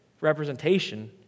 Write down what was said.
representation